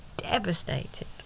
devastated